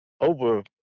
Over